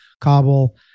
Kabul